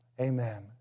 amen